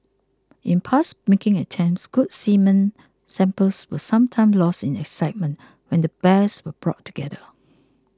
in past mating attempts good semen samples were sometimes lost in excitement when the bears were brought together